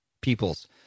peoples